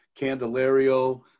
Candelario